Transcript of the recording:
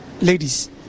ladies